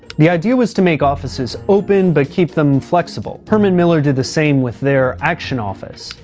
the idea was to make offices open, but keep them flexible. herman miller did the same with their action office.